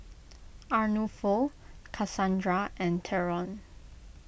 Arnulfo Kasandra and theron